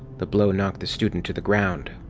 the blow knocked the student to the ground.